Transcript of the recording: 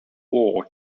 war